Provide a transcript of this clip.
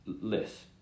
less